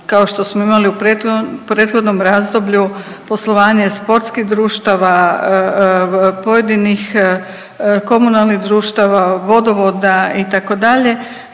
kao što smo imali u prethodnom razdoblju poslovanje sportskih društava, pojedinih komunalnih društava, vodovoda itd.,